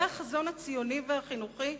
זה החזון הציוני והחינוכי?